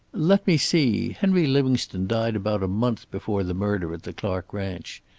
let me see. henry livingstone died about a month before the murder at the clark ranch.